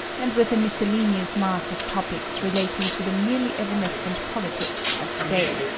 and with a miscellaneous mass of topics relating to the merely evanescent politics of the day.